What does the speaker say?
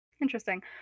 interesting